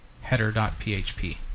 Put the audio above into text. header.php